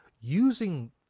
using